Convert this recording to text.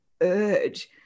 urge